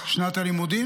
--- שנת הלימודים.